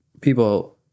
People